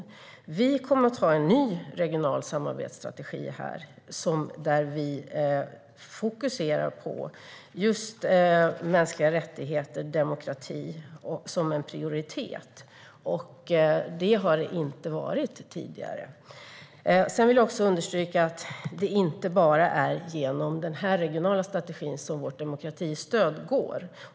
Regeringen kommer att lägga fram en ny regional samarbetsstrategi där vi kommer att prioritera mänskliga rättigheter och demokrati. Så har det inte varit tidigare. Jag vill understryka att det inte bara är genom den regionala strategin som vårt demokratistöd går.